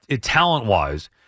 talent-wise